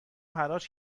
حراج